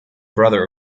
brother